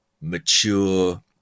mature